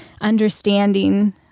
understanding